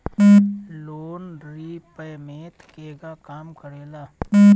Loan repayment केगा काम करेला?